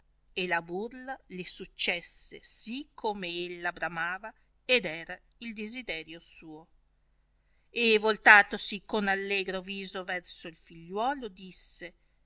e la burla le successe sì come ella bramava ed era il desiderio suo e voltatasi con allegro viso verso il figliuolo disse